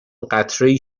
قطرهای